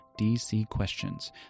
DCQuestions